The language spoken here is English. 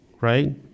right